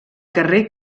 carrer